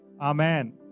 Amen